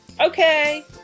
Okay